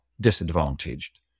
disadvantaged